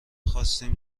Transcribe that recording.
خواستیم